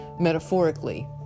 metaphorically